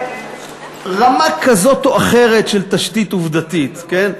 ברמה כזאת או אחרת של תשתית עובדתית, כן?